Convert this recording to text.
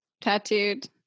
tattooed